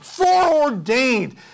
foreordained